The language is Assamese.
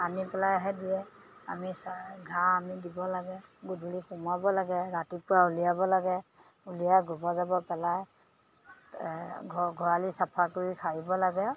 পানী পেলাইহে দিয়ে আমি ঘাঁহ আমি দিব লাগে গধূলি সোমোৱাব লাগে ৰাতিপুৱা উলিয়াব লাগে উলিয়াই গোবৰ জাবৰ পেলাই ঘোঁহালি চাফা কৰি সাৰিব লাগে